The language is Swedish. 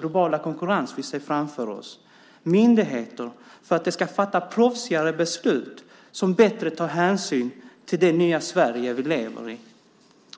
globala konkurrens vi ser framför oss, och myndigheter därför att de ska fatta proffsigare beslut som bättre tar hänsyn till det nya Sverige vi lever i.